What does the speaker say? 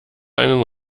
einen